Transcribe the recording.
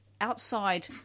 outside